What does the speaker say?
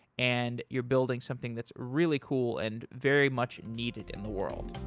and you're building something that's really cool and very much needed in the world.